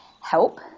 help